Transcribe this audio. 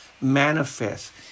manifest